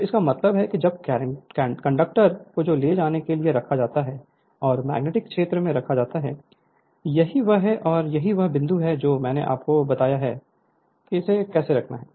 तो इसका मतलब है जब कंडक्टर को ले जाने के लिए रखा जाता है और मैग्नेटिक क्षेत्र में रखा जाता है यही वह है और यह वह बिंदु है जो मैंने आपको बताया कि यह कैसा है